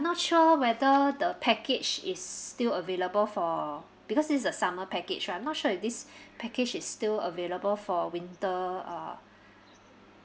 not sure whether the package is still available for because this is a summer package right I'm not sure if this package is still available for winter uh